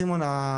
סימון,